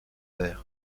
verts